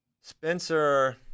Spencer